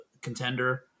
contender